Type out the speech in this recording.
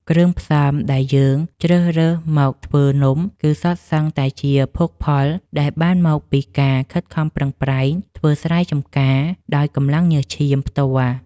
គ្រឿងផ្សំដែលយើងជ្រើសរើសមកធ្វើនំគឺសុទ្ធសឹងតែជាភោគផលដែលបានមកពីការខិតខំប្រឹងប្រែងធ្វើស្រែចំការដោយកម្លាំងញើសឈាមផ្ទាល់។